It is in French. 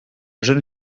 jeune